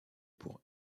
pour